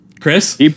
Chris